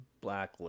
black